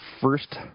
first